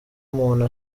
umuntu